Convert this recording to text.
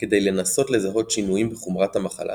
כדי לנסות לזהות שינויים בחומרת המחלה